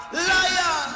Liar